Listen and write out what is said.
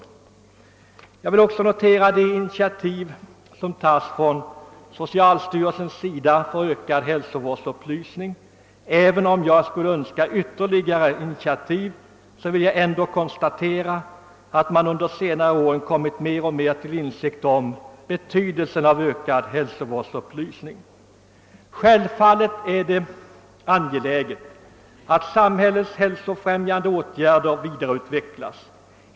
Jag vill också notera det initiativ som socialstyrelsen tar för ökad hälsovårdsupplysning. även om jag skulle önska ytterligare initiativ, vill jag ändå konstatera att man under senare år alltmer har kommit till insikt om betydelsen av ökad hälsovårdsupplysning. Självfallet är det angeläget att samhällets hälsofrämjande åtgärder vidareutvecklas.